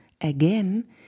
again